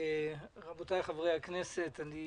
רבותיי חברי הכנסת,